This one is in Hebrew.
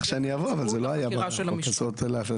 לאפשר את עצמאות החקירה של המשטרה.